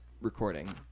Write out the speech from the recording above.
recording